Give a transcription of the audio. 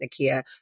Nakia